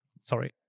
sorry